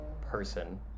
person